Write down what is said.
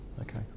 Okay